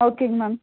ஓகேங்க மேம்